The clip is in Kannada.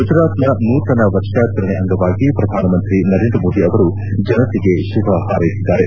ಗುಜರಾತ್ನ ನೂತನ ವರ್ಷಾಚರಣೆ ಅಂಗವಾಗಿ ಪ್ರಧಾನಮಂತ್ರಿ ನರೇಂದ್ರ ಮೋದಿ ಅವರು ಜನತೆಗೆ ಶುಭ ಹಾರೈಸಿದ್ದಾರೆ